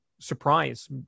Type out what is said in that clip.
surprise